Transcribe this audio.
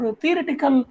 theoretical